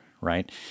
right